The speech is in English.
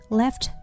left